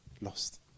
lost